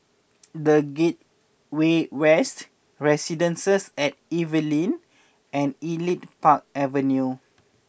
The Gateway West Residences at Evelyn and Elite Park Avenue